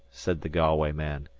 said the galway man.